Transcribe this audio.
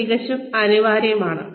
അത് തികച്ചും അനിവാര്യമാണ്